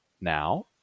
now